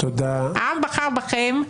העם בחר בכם,